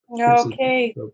Okay